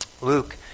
Luke